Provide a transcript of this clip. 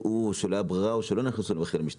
היתה להם ברירה או שהם לא ידעו או שהם לא נכנסו למחיר למשתכן.